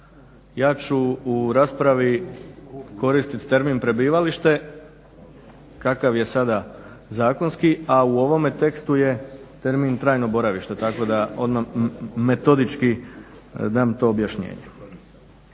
Ja ću u raspravi koristiti termin prebivalište kakav je sad zakonski, a u ovome tekstu je termin trajno boravište tako da metodički dam to objašnjenje.